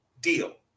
deal